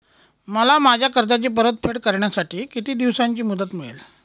मला माझ्या कर्जाची परतफेड करण्यासाठी किती दिवसांची मुदत मिळेल?